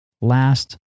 Last